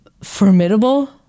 formidable